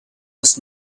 was